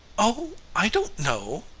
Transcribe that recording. oh, i don't know!